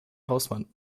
hausmann